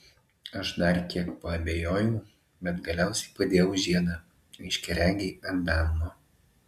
aš dar kiek paabejojau bet galiausiai padėjau žiedą aiškiaregei ant delno